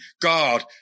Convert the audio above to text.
God